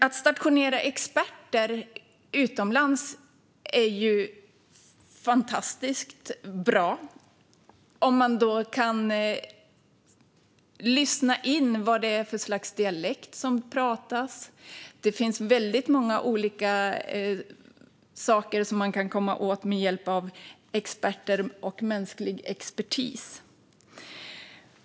Att stationera experter utomlands är fantastiskt bra - man kan till exempel lyssna in vad det är för slags dialekt som pratas. Det finns väldigt många olika saker man kan komma åt med hjälp av mänsklig expertis.